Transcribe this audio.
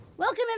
Welcome